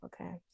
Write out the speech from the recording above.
okay